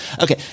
Okay